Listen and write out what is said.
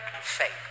faith